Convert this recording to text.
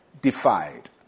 defied